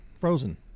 Frozen